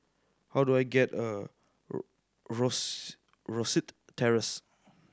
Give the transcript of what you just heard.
how do I get a Rose Rosyth Terrace